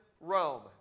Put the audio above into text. Rome